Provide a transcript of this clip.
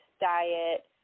diet